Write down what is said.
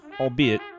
Albeit